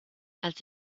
als